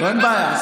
אין בעיה.